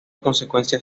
consecuencias